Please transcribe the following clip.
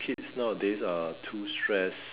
kids nowadays are too stressed